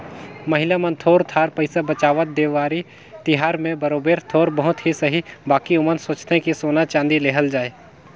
महिला मन थोर थार पइसा बंचावत, देवारी तिहार में बरोबेर थोर बहुत ही सही बकि ओमन सोंचथें कि सोना चाँदी लेहल जाए